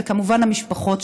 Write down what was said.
וכמובן המשפחות,